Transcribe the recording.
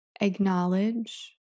acknowledge